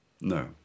No